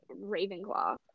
Ravenclaw